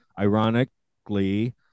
Ironically